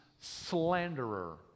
slanderer